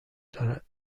دارد